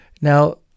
Now